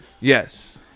Yes